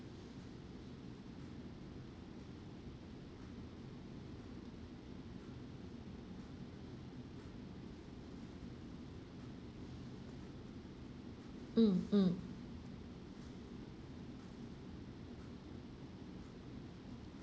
mm mm